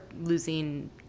losing